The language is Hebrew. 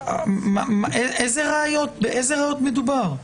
באיזה ראיות מדובר?